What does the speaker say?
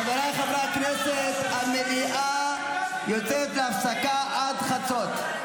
חבריי חברי הכנסת, המליאה יוצאת להפסקה עד חצות.